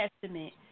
Testament